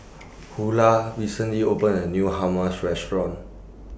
Hulah recently opened A New Hummus Restaurant